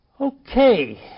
Okay